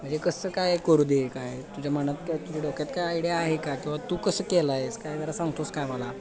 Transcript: म्हणजे कसं काय करू देय काय तुझ्या मनात तुझ्या डोक्यात काय आयडिया आहे का किंवा तू कसं केलं आहेस काय जरा सांगतोस काय मला